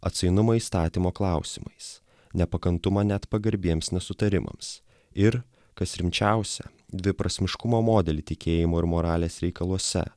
atsainumą įstatymo klausimais nepakantumą net pagarbiems nesutarimams ir kas rimčiausia dviprasmiškumo modelį tikėjimo ir moralės reikaluose